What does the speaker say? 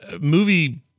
movie